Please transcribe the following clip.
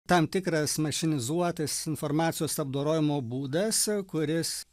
tam tikras mašinizuotas informacijos apdorojimo būdas kuris